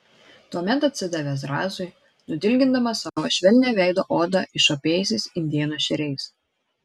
tuomet atsidavė zrazui nudilgindamas savo švelnią veido odą išopėjusiais indėno šeriais